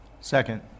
Second